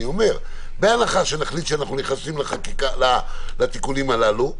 בהנחה שנחליט שאנחנו נכנסים לתיקונים הללו,